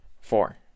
four